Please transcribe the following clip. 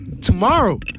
tomorrow